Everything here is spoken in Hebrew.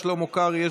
שלמה קרעי,